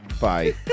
Bye